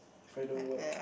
if I don't work